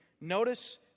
Notice